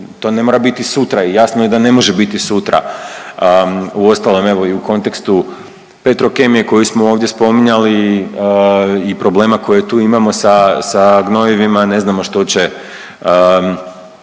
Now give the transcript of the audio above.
to ne mora biti sutra i jasno je da ne može biti sutra, uostalom evo i u kontekstu Petrokemije koju smo ovdje spominjali i problema koje tu imamo sa, sa gnojivima, ne znamo što će